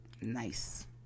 Nice